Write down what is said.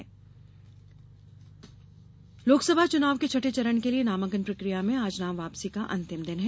नाम वापसी लोकसभा चुनाव के छठे चरण के लिये नामांकन प्रक्रिया में आज नाम वापसी का अंतिम दिन है